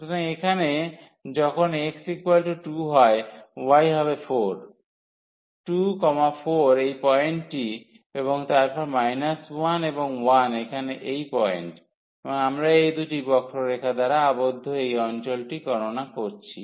সুতরাং এখানে যখন x 2 হয় y হবে 4 সুতরাং 24 এই পয়েন্টটি এবং তারপর 1 এবং 1 এখানে এই পয়েন্ট এবং আমরা এই দুটি বক্ররেখা দ্বারা আবদ্ধ এই অঞ্চলটি গণনা করছি